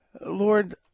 Lord